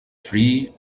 free